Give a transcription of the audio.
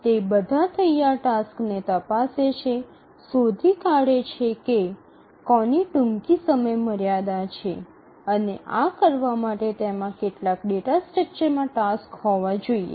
તે બધા તૈયાર ટાસક્સને તપાસે છે શોધી કાઢે છે કે કોની ટૂંકી સમયમર્યાદા છે અને આ કરવા માટે તેમાં કેટલાક ડેટા સ્ટ્રક્ચરમાં ટાસક્સ હોવા જોઈએ